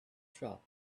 shop